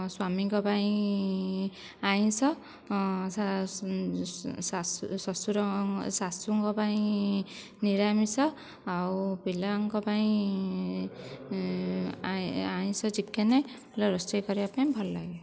ସ୍ୱାମୀଙ୍କ ପାଇଁ ଆଇଁଷ ଶଶୁର ଶାଶୁଙ୍କ ପାଇଁ ନିରାମିଷ ଆଉ ପିଲାମାନଙ୍କ ପାଇଁ ଆଇଁଷ ଚିକେନ ରୋଷେଇ କରିବାପାଇଁ ଭଲ ଲାଗେ